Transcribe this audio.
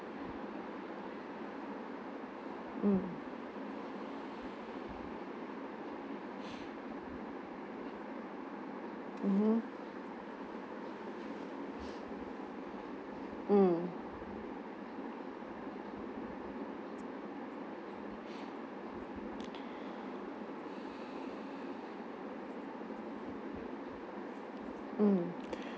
mm mmhmm mm mm